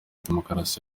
demokarasi